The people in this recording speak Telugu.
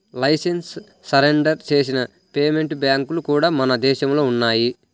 లైసెన్స్ సరెండర్ చేసిన పేమెంట్ బ్యాంక్లు కూడా మన దేశంలో ఉన్నయ్యి